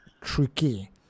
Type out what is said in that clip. tricky